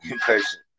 person